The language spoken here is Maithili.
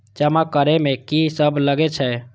जमा करे में की सब लगे छै?